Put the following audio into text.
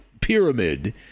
pyramid